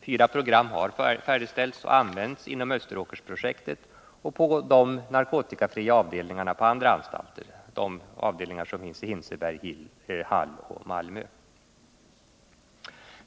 Fyra program har färdigställts och använts inom Österåkerprojektet och på de narkotikafria avdelningarna på andra anstalter — de avdelningar som finns på Hinseberg, Hall och Malmö.